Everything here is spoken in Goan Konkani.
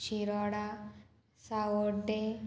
शिरोडा सावड्डे